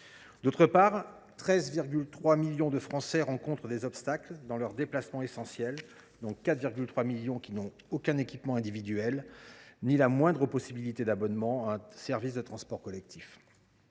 l’autre, 13,3 millions de Français sont confrontés à des obstacles dans leurs déplacements essentiels, dont 4,3 millions qui n’ont aucun équipement individuel ni aucun abonnement à un service de transport collectif.